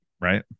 right